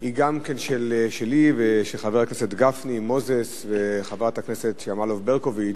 היא שלי ושל חברי הכנסת גפני ומוזס וחברת הכנסת שמאלוב-ברקוביץ.